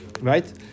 right